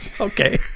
okay